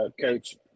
Coach